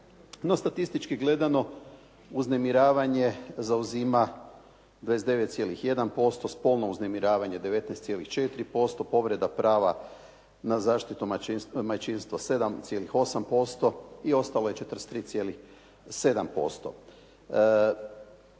statistički gledano uznemiravanje zauzima 29,1%, spolno uznemiravanje 19,4%, povreda prava na zaštitu majčinstva 7,8% i ostalo je 43,7%.